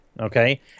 Okay